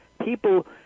people